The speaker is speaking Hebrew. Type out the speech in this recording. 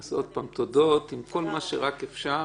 אז עוד פעם, תודות עם כל מה שרק אפשר